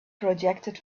projected